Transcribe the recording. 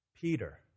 Peter